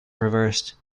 reversed